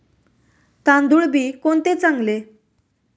तांदूळ बी कोणते चांगले?